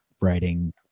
writing